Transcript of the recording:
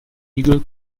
igel